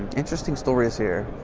interesting stories here?